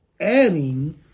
adding